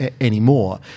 anymore